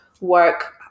work